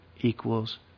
equals